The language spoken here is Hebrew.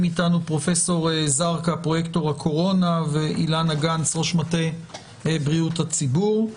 אתנו פרויקטור הקורונה פרופסור זרקא וראש מטה בריאות הציבור אילנה גנס.